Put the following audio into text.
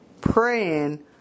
praying